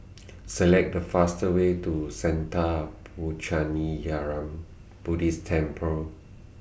Select The fastest Way to Sattha Puchaniyaram Buddhist Temple